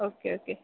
okay okay